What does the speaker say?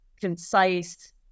concise